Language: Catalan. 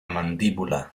mandíbula